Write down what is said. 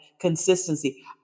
consistency